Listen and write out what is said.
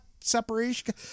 separation